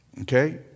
Okay